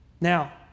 Now